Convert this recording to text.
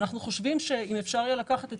אנחנו חושבים שאם אפשר יהיה לקחת את